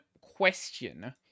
question